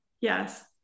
yes